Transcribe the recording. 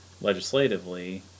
legislatively